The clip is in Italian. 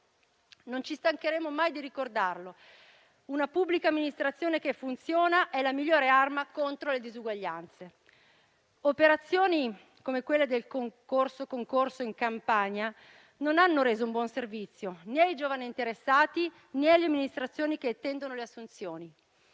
Non ci stancheremo mai di ricordarlo: una pubblica amministrazione che funziona è la migliore arma contro le disuguaglianze. Operazioni, come quelle del corso concorso in Campania non hanno reso un buon servizio né ai giovani interessati, né alle amministrazioni che attendono le assunzioni.